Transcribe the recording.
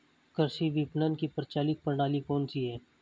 कृषि विपणन की प्रचलित प्रणाली कौन सी है?